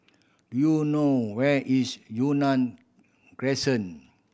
do you know where is Yunnan Crescent